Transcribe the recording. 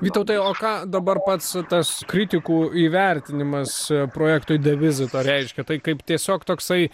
vytautai o ką dabar pats tas kritikų įvertinimas projektui the visitor reiškia tai kaip tiesiog toksai